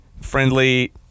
friendly